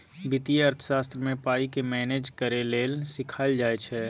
बित्तीय अर्थशास्त्र मे पाइ केँ मेनेज करय लेल सीखाएल जाइ छै